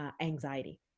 anxiety